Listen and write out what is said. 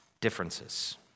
differences